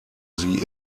sie